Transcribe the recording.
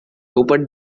open